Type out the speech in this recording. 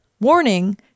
Warning